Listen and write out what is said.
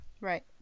Right